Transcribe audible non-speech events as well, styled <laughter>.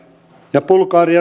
ja bulgarian <unintelligible>